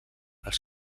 els